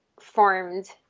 formed